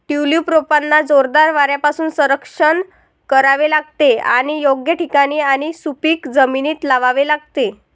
tulip रोपांना जोरदार वाऱ्यापासून संरक्षण करावे लागते आणि योग्य ठिकाणी आणि सुपीक जमिनीत लावावे लागते